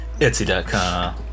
Etsy.com